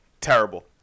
Terrible